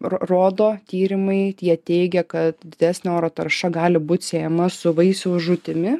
ro rodo tyrimai tie teigia kad didesnio oro tarša gali būt siejama su vaisiaus žūtimi